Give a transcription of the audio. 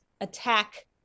attack